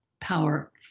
power